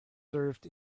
served